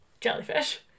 jellyfish